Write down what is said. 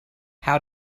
how